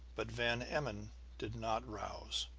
but van emmon did not rouse.